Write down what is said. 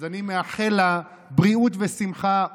אז אני מאחל לה בריאות ושמחה,